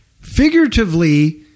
Figuratively